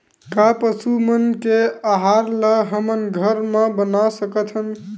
का पशु मन के आहार ला हमन घर मा बना सकथन?